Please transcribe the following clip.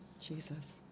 Jesus